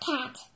Cat